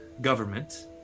government